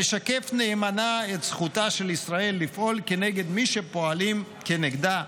המשקף נאמנה את זכותה של ישראל לפעול כנגד מי שפועלים כנגדה,